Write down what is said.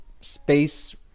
space